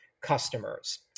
customers